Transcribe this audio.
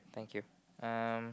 thank you um